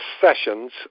sessions